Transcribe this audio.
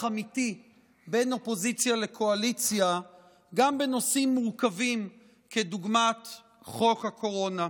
אמיתי בין אופוזיציה לקואליציה גם בנושאים מורכבים כדוגמת חוק הקורונה.